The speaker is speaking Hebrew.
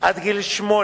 עד גיל שמונה,